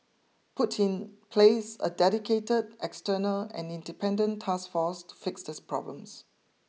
put in place a dedicated external and independent task force to fix these problems